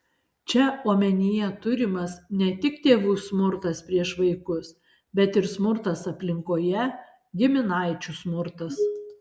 čia omenyje turimas ne tik tėvų smurtas prieš vaikus bet ir smurtas aplinkoje giminaičių smurtas